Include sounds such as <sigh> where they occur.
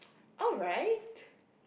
<noise> alright